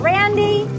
Randy